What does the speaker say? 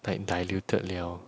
like diluted liao